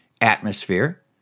atmosphere